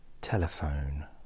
telephone